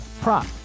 prop